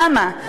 למה?